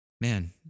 man